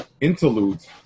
interlude